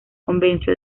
convenció